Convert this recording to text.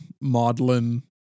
maudlin